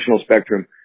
spectrum